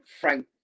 Frank